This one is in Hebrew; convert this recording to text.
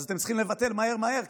אז אתם צריכים לבטל מהר מהר,